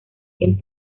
quien